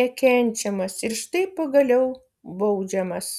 nekenčiamas ir štai pagaliau baudžiamas